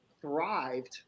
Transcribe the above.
thrived